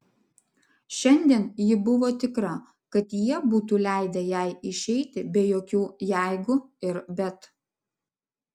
šiandien ji buvo tikra kad jie būtų leidę jai išeiti be jokių jeigu ir bet